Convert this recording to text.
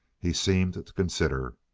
he seemed to consider.